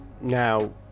Now